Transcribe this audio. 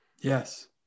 yes